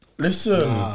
Listen